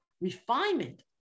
refinement